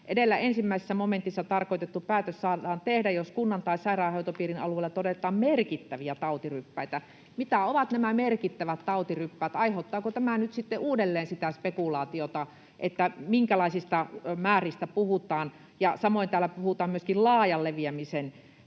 edellä ensimmäisessä momentissa tarkoitettu päätös saadaan tehdä, jos kunnan tai sairaanhoitopiirin alueella todetaan merkittäviä tautiryppäitä. Mitä ovat nämä merkittävät tautiryppäät? Aiheuttaako tämä nyt sitten uudelleen sitä spekulaatiota siitä, minkälaisista määristä puhutaan? Samoin täällä puhutaan myöskin laajan leviämisen